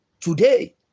Today